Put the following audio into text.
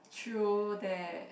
true that